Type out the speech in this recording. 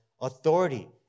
authority